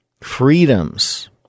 freedoms